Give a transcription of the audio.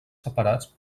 separats